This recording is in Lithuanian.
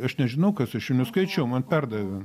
aš nežinau kas aš jų neskaičiau man perdavė